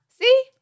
See